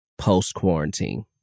post-quarantine